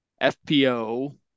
FPO